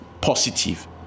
positive